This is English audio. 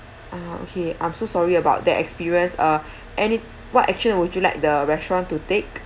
ah okay I'm so sorry about that experience uh any what action would you like the restaurant to take